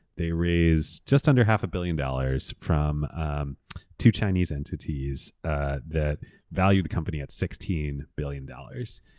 they raise just under half a billion dollars from two chinese entities ah that value the company at sixteen billion dollars.